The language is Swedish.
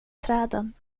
träden